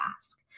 ask